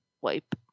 wipe